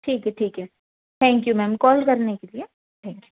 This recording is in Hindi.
ठीक है ठीक है थैंक यू मैम कॉल करने के लिए थैंक यू